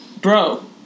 bro